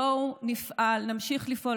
בואו נמשיך לפעול.